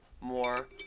more